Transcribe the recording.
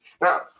Now